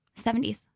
70s